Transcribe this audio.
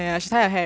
like you ah